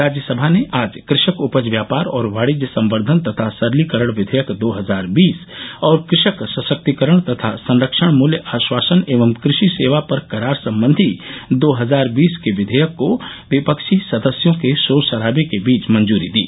राज्य सभा ने आज कृषक उपज व्यापार और वाणिज्य संवर्धन तथा सरलीकरण विधेयक दो हजार बीस और कृषक सशक्तीकरण तथा संरक्षण मूल्य आश्वासन एवं कृषि सेवा पर करार संबंधी दो हजार बीस के विघेयक को विपक्षी सदस्यों के शोर शराबे के बीच मंजूरी दी